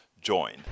join